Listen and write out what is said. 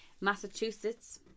Massachusetts